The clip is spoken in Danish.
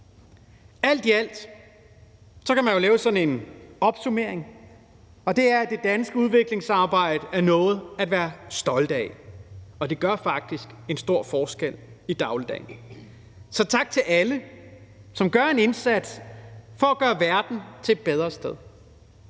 Alt i alt kan man jo lave sådan en opsummering, og det er, at det danske udviklingsarbejde er noget at være stolte af, og det gør faktisk en stor forskel i dagligdagen. Så tak til alle, som gør en indsats for at gøre verden til et bedre sted.